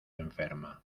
enferma